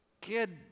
kid